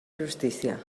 justícia